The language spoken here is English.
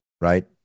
right